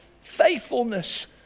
Faithfulness